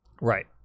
right